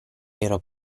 ero